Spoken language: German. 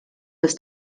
des